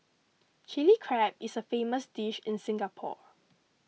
Chilli Crab is a famous dish in Singapore